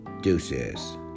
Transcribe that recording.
Deuces